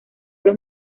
los